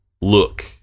look